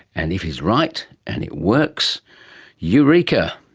and if he's right and it works eureka!